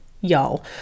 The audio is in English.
y'all